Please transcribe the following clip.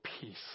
peace